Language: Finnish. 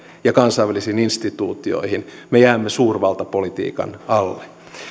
ja kansainvälisiin instituutioihin me jäämme suurvaltapolitiikan alle